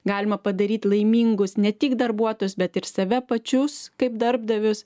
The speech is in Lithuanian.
galima padaryt laimingus ne tik darbuotojus bet ir save pačius kaip darbdavius